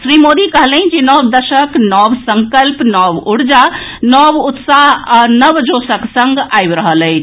श्री मोदी कहलनि जे नव दशक नव संकल्प नव ऊर्जा नव उत्साह आ नव जोशक संग आबि रहल अछि